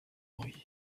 bruits